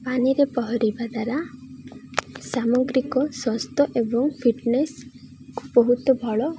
ପାଣିରେ ପହଁରିବା ଦ୍ୱାରା ସାମଗ୍ରିକ ସ୍ୱାସ୍ଥ୍ୟ ଏବଂ ଫିଟନେସ୍ ବହୁତ ଭଲ